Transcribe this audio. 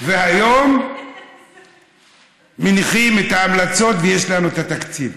והיום מניחים את ההמלצות ויש לנו את התקציב.